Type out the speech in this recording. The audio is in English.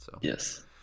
Yes